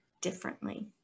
differently